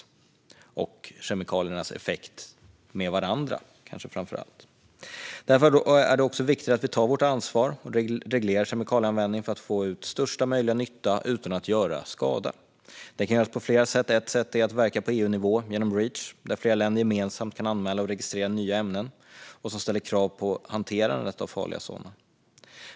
Det handlar kanske framför allt om kemikaliernas effekter i förhållande till varandra. Därför är det viktigt att vi tar vårt ansvar och reglerar kemikalieanvändningen för att få ut största möjliga nytta utan att göra skada. Det kan göras på flera sätt. Ett sätt är att verka på EU-nivå genom Reach, där flera länder gemensamt kan anmäla och registrera nya ämnen och där det ställs krav på hanterandet av farliga sådana.